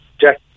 Jack